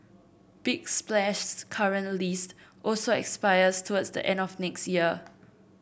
big Splash's current lease also expires towards the end of next year